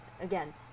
Again